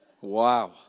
Wow